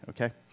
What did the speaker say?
okay